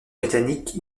britanniques